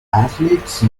athletes